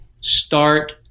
start